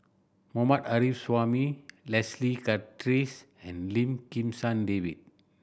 Mohammad Arif Suhaimi Leslie Charteris and Lim Kim San David